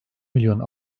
milyon